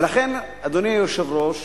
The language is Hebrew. ולכן, אדוני היושב-ראש,